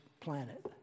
planet